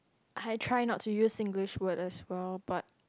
I try not to use Singlish word as well but